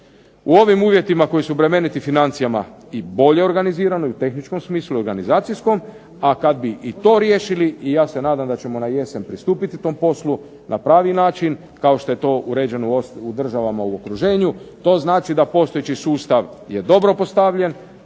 U ovim uvjetima koji su bremeniti financijama i bolje organizirani u tehničkom i organizacijskom smislu, a kada bi i to riješili, ja se nadam da ćemo u jesen pristupiti tom poslu, na pravi način, kao što je to uređeno u državama u okruženju to znači da postojeći sustav je dobro postavljen.